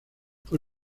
fue